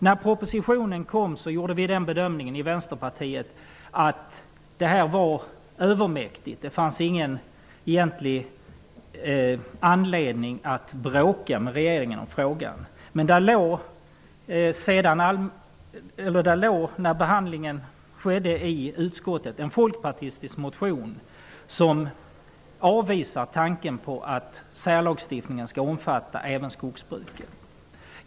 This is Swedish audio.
När propositionen kom, gjorde vi den bedömningen i Vänsterpartiet att det här var övermäktigt. Det fanns ingen egentlig anledning att bråka med regeringen i frågan. Men när behandlingen skedde i utskottet låg där en folkpartistisk motion som avvisar tanken på att särlagstiftningen skall omfatta även skogsbruket.